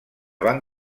van